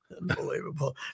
Unbelievable